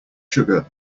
sugar